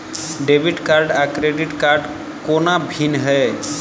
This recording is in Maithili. डेबिट कार्ड आ क्रेडिट कोना भिन्न है?